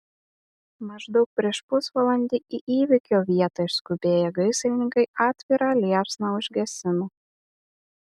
maždaug prieš pusvalandį į įvykio vietą išskubėję gaisrininkai atvirą liepsną užgesino